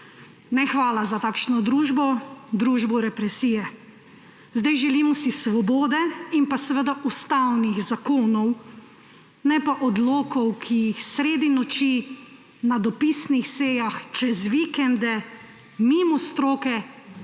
Ne, hvala za takšno družbo, družbo represije! Želimo si svobode in ustavnih zakonov, ne pa odlokov, ki jih sredi noči na dopisnih sejah čez vikende, mimo stroke